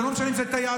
תגיד לי, יבגני זה הוא.